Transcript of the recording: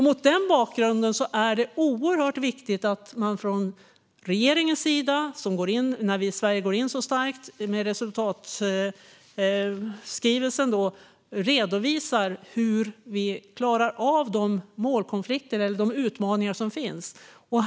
Mot denna bakgrund är det oerhört viktigt att man från regeringens sida redovisar hur vi klarar av de målkonflikter och utmaningar som finns.